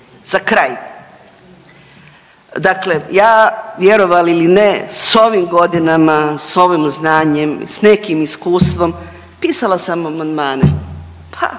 Za kraj, dakle ja vjerovali ili ne s ovim godinama, s ovim znanjem i s nekim iskustvom pisala sam amandmane,